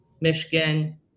Michigan